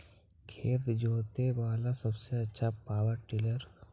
खेत जोते बाला सबसे आछा पॉवर टिलर?